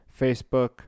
facebook